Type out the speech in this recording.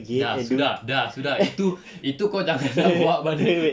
ya sudah dah sudah itu itu kau jangan nak bawa balik